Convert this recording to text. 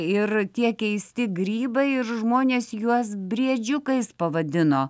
ir tie keisti grybai ir žmonės juos briedžiukais pavadino